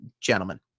gentlemen